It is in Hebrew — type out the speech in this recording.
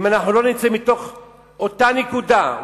אם לא נצא מאותה נקודה,